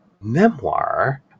memoir